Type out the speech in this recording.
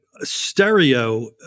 stereo